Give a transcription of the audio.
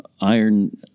iron